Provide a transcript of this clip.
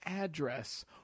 address